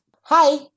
Hi